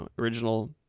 original